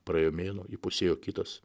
praėjo mėnuo įpusėjo kitas